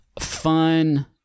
fun